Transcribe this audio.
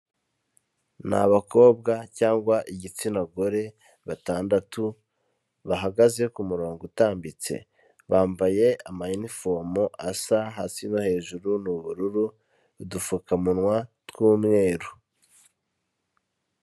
Ni abakobwa cyangwa igitsina gore batandatu, bahagaze ku murongo utambitse. Bambaye amayinifomu asa hasi no hejuru ni ubururu, udupfukamunwa tw'umweru.